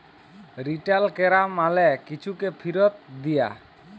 return ক্যরা মালে কিছুকে ফিরত দিয়া